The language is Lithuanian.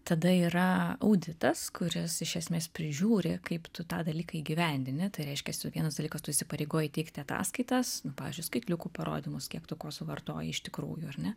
tada yra auditas kuris iš esmės prižiūri kaip tu tą dalyką įgyvendini tai reiškias jau vienas dalykas tu įsipareigoji teikti ataskaitas pavyzdžiui skaitliukų parodymus kiek tu ko suvartoji iš tikrųjų ar ne